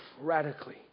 radically